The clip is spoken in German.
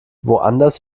woanders